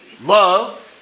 love